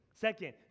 Second